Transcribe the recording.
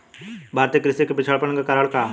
भारतीय कृषि क पिछड़ापन क कारण का ह?